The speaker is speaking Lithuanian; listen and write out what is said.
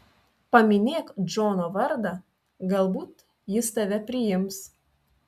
paminėk džono vardą galbūt jis tave priims